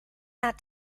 that